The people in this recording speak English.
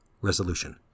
Resolution